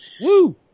Woo